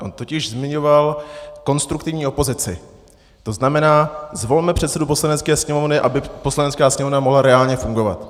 On totiž zmiňoval konstruktivní opozici, tzn. zvolme předsedu Poslanecké sněmovny, aby Poslanecká sněmovna mohla reálně fungovat.